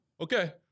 okay